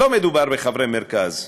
לא מדובר בחברי מרכז,